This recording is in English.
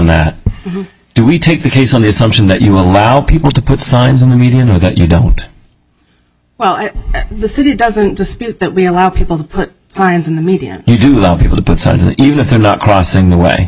that do we take the case on the assumption that you allow people to put signs in the media know that you don't well the city doesn't that we allow people to put signs in the median you do love people to put such an even if they're not crossing the way